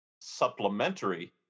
supplementary